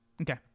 Okay